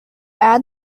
add